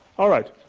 alright,